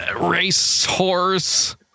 racehorse